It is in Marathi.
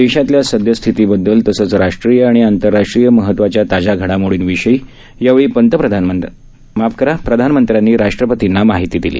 देशातल्या सद्यस्थितीबददल तसंच राष्ट्रीय आणि आंतर राष्ट्रीय महत्वाच्या ताज्या घडामोडींविषयी यावेळी प्रधानमंत्र्यांनी राष्ट्रपतींना माहिती दिली